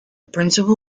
principal